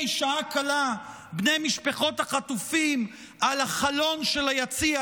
שעה קלה בני משפחות החטופים על החלון של היציע,